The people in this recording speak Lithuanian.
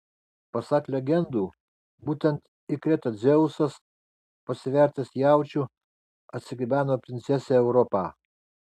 pasak legendų būtent į kretą dzeusas pasivertęs jaučiu atsigabeno princesę europą